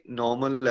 normal